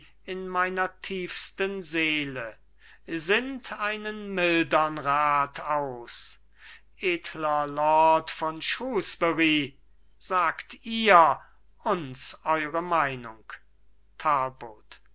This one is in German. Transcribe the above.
in meiner tiefsten seele sinnt einen mildern rat aus edler lord von shrewsbury sagt ihr uns eure meinung